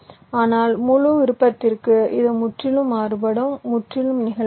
ஆனால் முழு விருப்பத்திற்கு இது முற்றிலும் மாறுபடும் முற்றிலும் நெகிழ்வானது